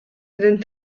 den